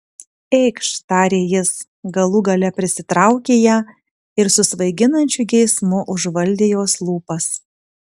eikš tarė jis galų gale prisitraukė ją ir su svaiginančiu geismu užvaldė jos lūpas